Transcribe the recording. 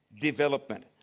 development